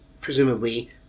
presumably